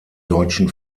deutschen